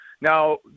Now